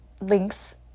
links